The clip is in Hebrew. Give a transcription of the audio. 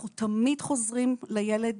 אנחנו תמיד חוזרים לילד,